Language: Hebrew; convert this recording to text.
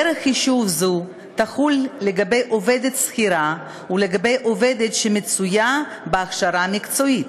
דרך חישוב זו תחול לגבי עובדת שכירה ולגבי עובדת שמצויה בהכשרה מקצועית.